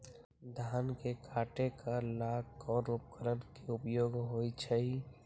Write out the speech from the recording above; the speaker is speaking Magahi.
धान के काटे का ला कोंन उपकरण के उपयोग होइ छइ?